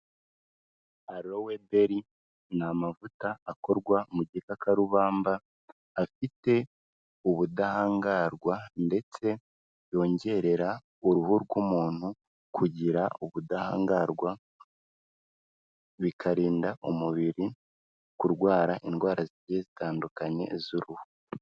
Aloe berry ni amavuta akorwa mu gikakarubamba, afite ubudahangarwa ndetse yongerera uruhu rw'umuntu kugira ubudahangarwa, bikarinda umubiri kurwara indwara zigiye zitandukanye z'uruhu.